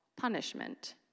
punishment